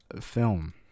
film